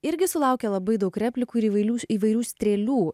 irgi sulaukė labai daug replikų ir įvairių įvairių strėlių